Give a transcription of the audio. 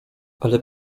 ale